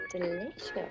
delicious